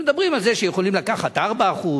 אז מדברים על זה שיכולים לקחת 4%,